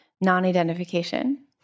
Non-identification